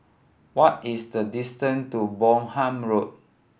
what is the distant to Bonham Road